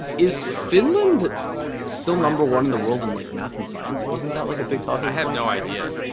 is finland still number one in the world in like math and science wasn't that like a big talking i had no idea